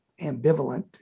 ambivalent